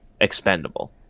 expendable